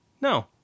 No